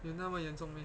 有那么严重 meh